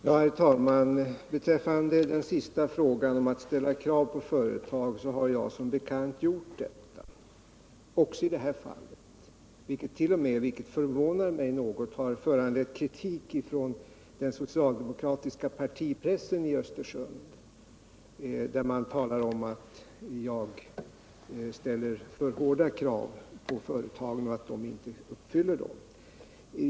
Herr talman! Beträffande den sista frågan, om att ställa krav på företag, har jag som bekant gjort det också i detta fall, vilket t.o.m. — något som förvånar mig - föranlett kritik från den socialdemokratiska partipressen i Östersund, där man talar om att jag ställer för hårda krav på företagen och att de inte uppfyller dessa krav.